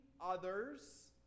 others